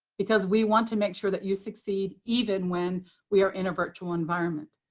because we want to make sure that you succeed, even when we are in a virtual environment.